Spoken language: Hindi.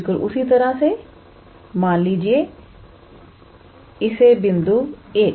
बिल्कुल उसी तरह से मान लीजिए इसे बिंदु 1